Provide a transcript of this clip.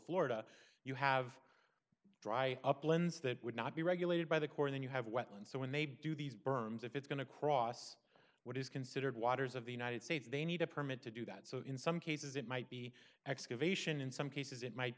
florida you have dry uplands that would not be regulated by the corps then you have wetlands so when they do these berms if it's going to cross what is considered waters of the united states they need a permit to do that so in some cases it might be excavation in some cases it might